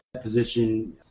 position